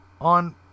on